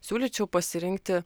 siūlyčiau pasirinkti